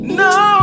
no